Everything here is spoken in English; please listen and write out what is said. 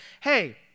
hey